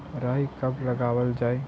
राई कब लगावल जाई?